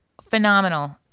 Phenomenal